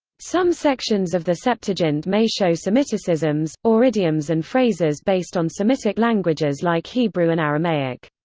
some sections of the septuagint may show semiticisms, or idioms and phrases based on semitic languages like hebrew and aramaic.